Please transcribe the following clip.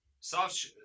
Soft